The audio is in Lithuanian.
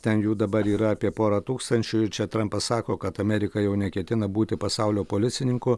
ten jų dabar yra apie porą tūkstančių ir čia trampas sako kad amerika jau neketina būti pasaulio policininku